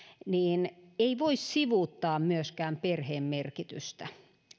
niin ei voi sivuuttaa myöskään perheen merkitystä